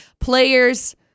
Players